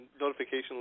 notification